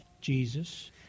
Jesus